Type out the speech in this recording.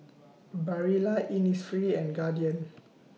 Barilla Innisfree and Guardian